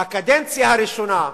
בקדנציה הראשונה,